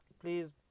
please